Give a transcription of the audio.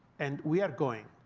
and we are going.